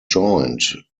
joined